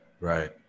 right